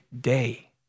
day